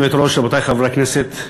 גברתי היושבת-ראש, רבותי חברי הכנסת,